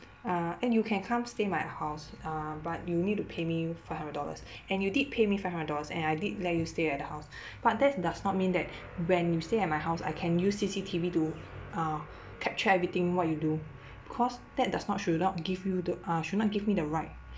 uh and you can come stay my house uh but you need to pay me five hundred dollars and you did pay me five hundred dollars and I did let you stay at the house but that does not mean that when you stay at my house I can use C_C_T_V to uh capture everything what you do because that does not should not give you th~ uh should not give me the right